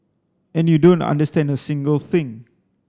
and you don't understand a single thing